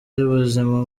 y’ubuzima